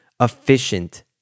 efficient